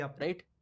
right